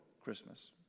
Christmas